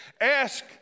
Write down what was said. ask